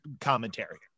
commentary